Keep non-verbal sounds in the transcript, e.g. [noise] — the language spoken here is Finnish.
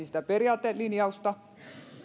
[unintelligible] sitä periaatelinjausta